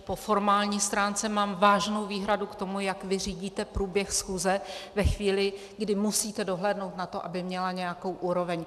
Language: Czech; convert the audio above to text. Po formální stránce mám vážnou výhradu k tomu, jak vy řídíte průběh schůze ve chvíli, kdy musíte dohlédnout na to, aby měla nějakou úroveň.